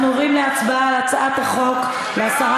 אנחנו עוברים להצבעה על הצעת החוק להסרת